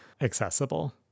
accessible